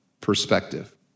perspective